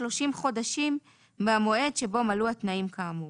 30 חודשים מהמועד שבו מלאו התנאים כאמור.